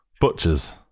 Butchers